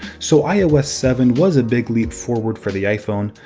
so ios seven was a big leap forward for the iphone,